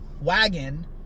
wagon